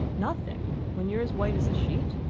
nothing? when you're as white as a sheet?